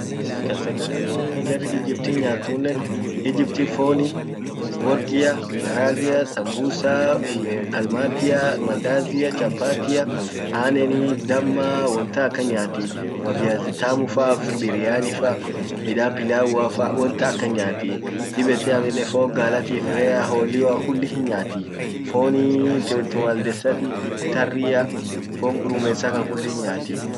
kasagalen gar Egyptin tun nyaat, Egyptin foni, workia, maharagea, sambusa, kalmatia, mandazia, chapatia, anneni, damma, won tan akan nyaati maviazio tamufa, biryanifa, midan pilauafa, won tan akan nyaati db ete amminen fon galatif rea, hollio kulli hinyaati, foni, fon gurumesatan kulli hinyaati.